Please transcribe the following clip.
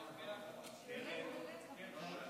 תודה.